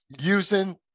using